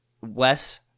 Wes